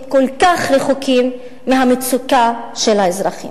כל כך רחוקים מהמצוקה של האזרחים?